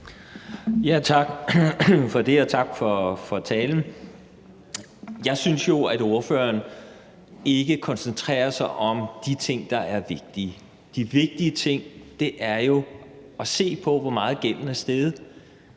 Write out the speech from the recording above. Tak for det, og tak for talen. Jeg synes jo, at ordføreren ikke koncentrerer sig om de ting, der er vigtige. De vigtige ting er jo at se på, hvor meget gælden er steget.